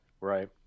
Right